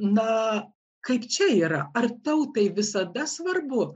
na kaip čia yra ar tautai visada svarbu